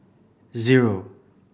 zero